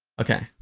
okay,